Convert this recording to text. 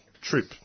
trip